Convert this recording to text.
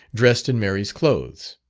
dressed in mary's clothes.